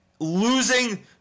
losing